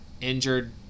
injured